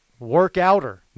workouter